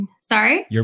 Sorry